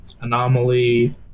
Anomaly